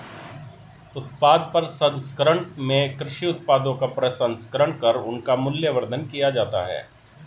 उत्पाद प्रसंस्करण में कृषि उत्पादों का प्रसंस्करण कर उनका मूल्यवर्धन किया जाता है